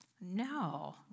No